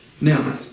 Now